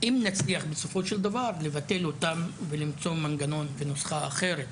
אם נצליח בסופו של דבר לבטל אותם ולמצוא מנגנון בנוסחה אחרת